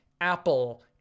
Apple